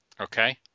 Okay